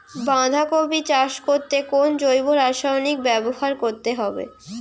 বাঁধাকপি চাষ করতে কোন জৈব রাসায়নিক ব্যবহার করতে হবে?